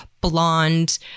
blonde